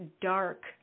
dark